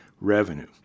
revenue